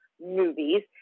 movies